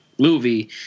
movie